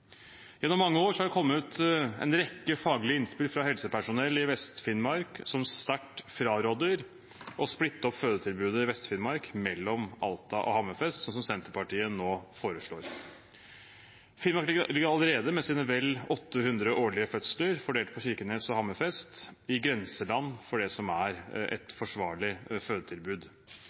Gjennom mange år har det kommet en rekke faglige innspill fra helsepersonell i Vest-Finnmark som sterkt fraråder å splitte opp fødetilbudet i Vest-Finnmark mellom Alta og Hammerfest, slik som Senterpartiet nå foreslår. Finnmark ligger allerede med sine vel 800 årlige fødsler, fordelt på Kirkenes og Hammerfest, i grenseland for det som er et forsvarlig fødetilbud.